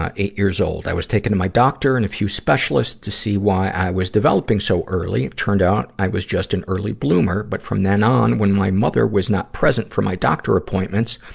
ah eight years old. i was taken to my doctor and a few specialists to see why i was developing so early. turned out i was just an early bloomer, but from then on, when my mother was not present for my doctor appointments,